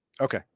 okay